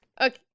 Okay